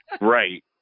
right